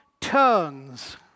turns